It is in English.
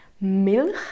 Milch